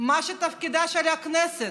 מה שמתפקידה של הכנסת.